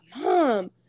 mom